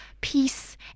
peace